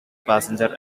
passenger